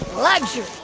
luxury.